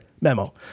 memo